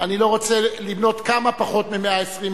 שאני לא רוצה למנות כמה פחות מ-120,